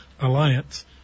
Alliance